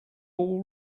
all